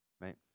Right